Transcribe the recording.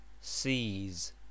Sees